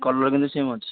colour କିନ୍ତୁ same ଅଛି